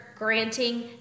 granting